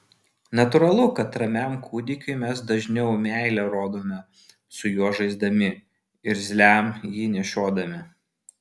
natūralu kad ramiam kūdikiui mes dažniau meilę rodome su juo žaisdami irzliam jį nešiodami